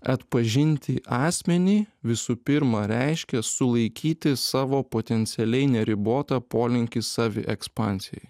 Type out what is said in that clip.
atpažinti asmenį visų pirma reiškia sulaikyti savo potencialiai neribotą polinkį saviekspansijai